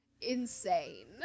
insane